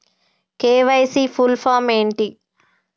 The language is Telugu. కే.వై.సీ ఫుల్ ఫామ్ ఏంటి?